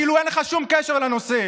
כאילו אין לך שום קשר לנושא,